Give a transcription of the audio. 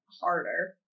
harder